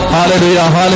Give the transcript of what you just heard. Hallelujah